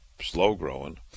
slow-growing